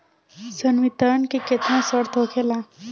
संवितरण के केतना शर्त होखेला?